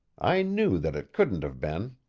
i knew that it couldn't have been.